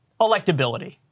electability